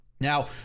Now